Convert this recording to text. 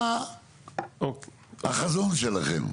מה החזון שלכם?